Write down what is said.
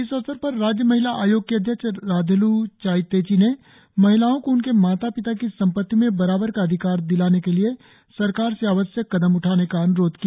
इस अवसर पर राज्य महिला आयोग की अध्यक्ष राघल् चाई तेची ने महिलाओं को उनके माता पिता की संपत्ति में बराबर का अधिकार दिलाने के लिए सरकार से आवश्यक कदम उठाने के अन्रोध किया